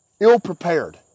ill-prepared